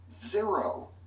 Zero